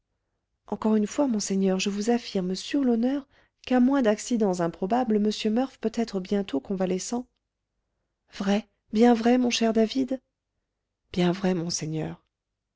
encore une fois monseigneur je vous affirme sur l'honneur qu'à moins d'accidents improbables m murph peut être bientôt convalescent vrai bien vrai mon cher david bien vrai monseigneur